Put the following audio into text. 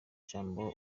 jambo